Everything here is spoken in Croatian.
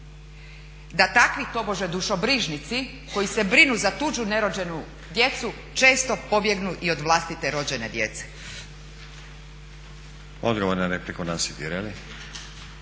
da takvi tobože dušobrižnici koji se brinu za tuđu nerođenu djecu često pobjegnu i od vlastite rođene djece. **Stazić, Nenad